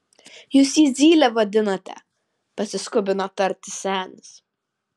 jūs jį zyle vadinate pasiskubino tarti senis